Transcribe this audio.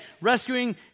rescuing